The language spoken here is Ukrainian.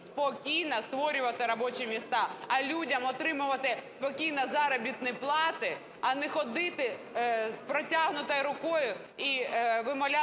спокійно створювати робочі місця, а людям отримувати спокійно заробітні плати, а не ходити з протягнутою рукою і вимолювати